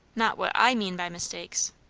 not what i mean by mistakes.